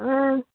आं